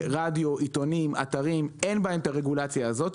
רדיו, עיתונים, אתרים אין בהם הרגולציה הזאת.